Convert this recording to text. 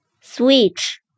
switch